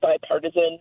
bipartisan